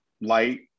light